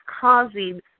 causing